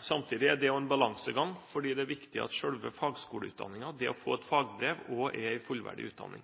Samtidig er det også en balansegang, for det er viktig at selve fagskoleutdanningen – det å få et fagbrev – også er en fullverdig utdanning.